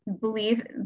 believe